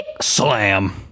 Slam